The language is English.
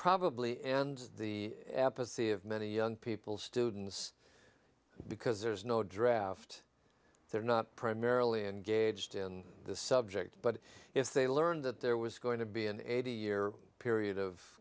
probably end the apathy of many young people students because there's no draft they're not primarily engaged in the subject but if they learned that there was going to be an eighty year period of